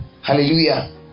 Hallelujah